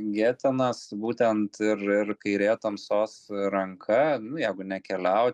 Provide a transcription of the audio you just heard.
getenas būtent ir ir kairė tamsos ranka nu jeigu nekeliaut